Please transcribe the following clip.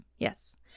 Yes